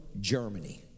Germany